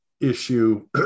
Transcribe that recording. issue